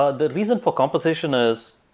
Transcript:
ah the reason for composition is